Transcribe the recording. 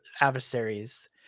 adversaries